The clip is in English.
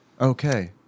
Okay